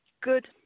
good